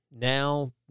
now